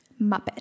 Muppet